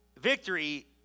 Victory